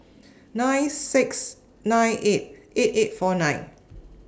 nine six nine eight eight eight four nine